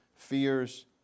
Fears